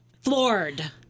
Floored